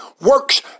works